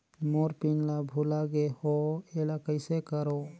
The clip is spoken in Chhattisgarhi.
मोर पिन ला भुला गे हो एला कइसे करो?